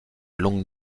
longue